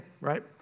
right